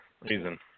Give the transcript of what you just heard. Reason